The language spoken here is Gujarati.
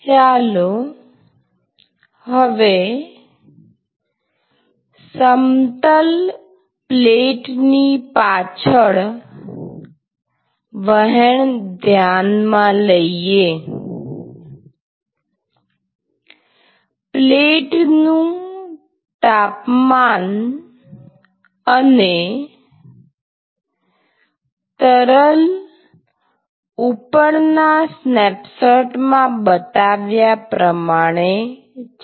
ચાલો હવે સમતલ પ્લેટ ની પાછળ વહેણ ધ્યાનમાં લઈએ પ્લેટ નું તાપમાન અને તરલ ઉપરના સ્નેપશોટ માં બતાવ્યા પ્રમાણે છે